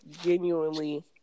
genuinely